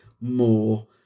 more